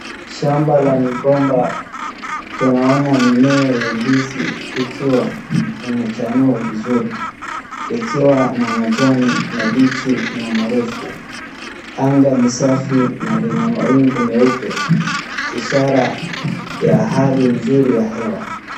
Shamba la migomba. Tunaona mimea ya ndizi ikiwa imechanua vizuri. Ikiwa na majani mabichi na marefu. Anga ni safi na lina mawingu meupe, ishara ya hali nzuri ya hewa.